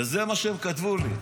וזה מה שהם כתבו לי: